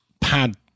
pad